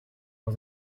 was